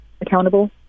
accountable